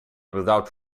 without